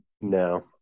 No